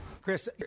Chris